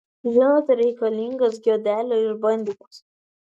žinote reikalingas giodelio išbandymas